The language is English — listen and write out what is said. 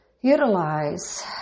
utilize